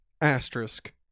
Asterisk